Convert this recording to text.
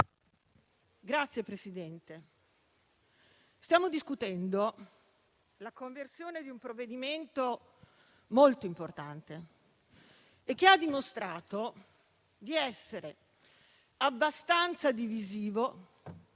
Signor Presidente, stiamo discutendo la conversione in legge di un provvedimento molto importante, che sta dimostrando di essere abbastanza divisivo,